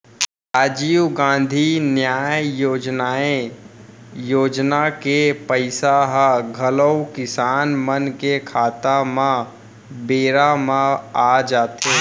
राजीव गांधी न्याय योजनाए योजना के पइसा ह घलौ किसान मन के खाता म बेरा म आ जाथे